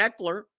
Eckler